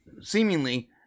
seemingly